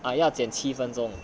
ah 要减七分钟